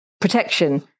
protection